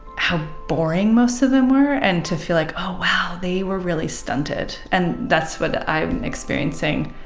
how boring most of them were, and to feel like, oh wow, they were really stunted. and that's what i'm experiencing.